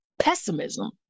pessimism